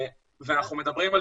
אנחנו מדברים על